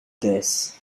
this